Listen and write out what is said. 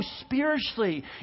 spiritually